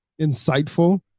insightful